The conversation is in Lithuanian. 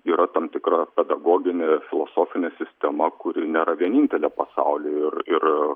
yra tam tikra pedagoginė filosofinė sistema kuri nėra vienintelė pasauly ir ir